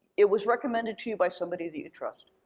it was recommended to you by somebody that you trust.